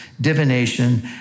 divination